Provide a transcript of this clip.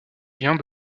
vient